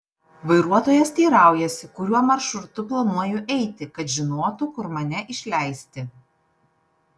vairuotojas teiraujasi kuriuo maršrutu planuoju eiti kad žinotų kur mane išleisti